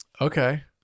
Okay